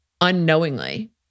unknowingly